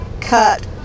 cut